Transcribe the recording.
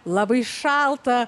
labai šalta